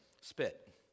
spit